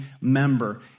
member